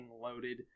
loaded